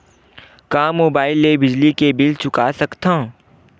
का मुबाइल ले बिजली के बिल चुका सकथव?